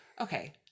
Okay